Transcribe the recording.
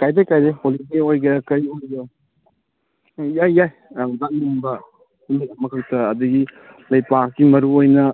ꯀꯥꯏꯗꯦ ꯀꯥꯏꯗꯦ ꯍꯣꯂꯤꯗꯦ ꯑꯣꯏꯒꯦꯔꯥ ꯀꯩ ꯑꯣꯏꯒꯦꯒꯦ ꯏꯌꯥ ꯌꯥꯏ ꯅꯪꯅ ꯂꯥꯛꯅꯤꯡꯕ ꯅꯨꯃꯤꯠ ꯑꯃ ꯍꯦꯛꯇ ꯑꯗꯒꯤ ꯂꯩꯕꯥꯛꯀꯤ ꯃꯔꯨꯑꯣꯏꯅ